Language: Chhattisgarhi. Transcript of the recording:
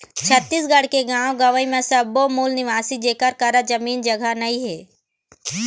छत्तीसगढ़ के गाँव गंवई म सब्बो मूल निवासी जेखर करा जमीन जघा नइ हे